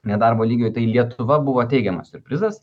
nedarbo lygio tai lietuva buvo teigiamas siurprizas